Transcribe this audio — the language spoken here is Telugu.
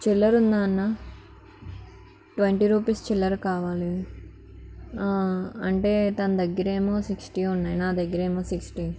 చిల్లర ఉందా అన్న ట్వంటీ రుపీస్ చిల్లర కావాలి అంటే తన దగ్గరేమో సిక్స్టీ ఉన్నాయి నా దగ్గర ఏమో సిక్స్టీ